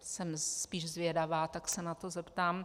jsem spíš zvědavá, tak se na to zeptám.